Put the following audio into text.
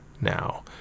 now